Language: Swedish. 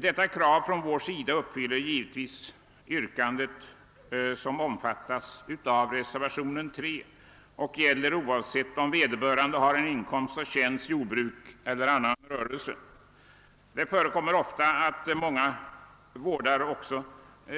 Detta krav från vår sida tillfredsställes givetvis också av yrkandet i reservation 3 och gäller oavsett om vederbörande har inkomst av tjänst, jordbruk eller annan rörelse. Det förekommer ofta att man också vårdar